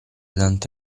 dante